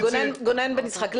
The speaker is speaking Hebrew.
גונן בן יצחק,